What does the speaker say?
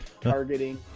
targeting